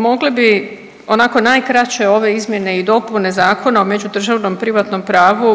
Mogli bi onako najkraće ove izmjene i dopune Zakona o međudržavnom privatnom pravu